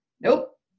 nope